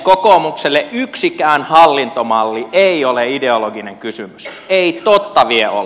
kokoomukselle yksikään hallintomalli ei ole ideologinen kysymys ei totta vie ole